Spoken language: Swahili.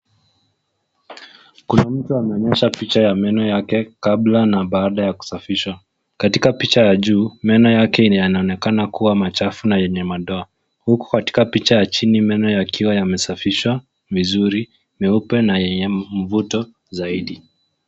Kuna mtu ameonyesha picha ya meno yake kabla na baada ya kusafisha. Katika picha ya juu meno yake yanaonekana kuwa machafu na yenye madoa huku katika picha ya chini meno yakiwa yamesafishwa vizuri, meupe na yenye mvuto zaidi.